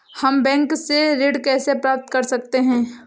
हम बैंक से ऋण कैसे प्राप्त कर सकते हैं?